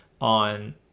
on